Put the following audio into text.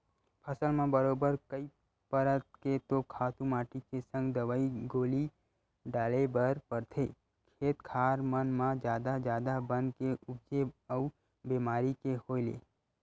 फसल म बरोबर कई परत के तो खातू माटी के संग दवई गोली डारे बर परथे, खेत खार मन म जादा जादा बन के उपजे अउ बेमारी के होय ले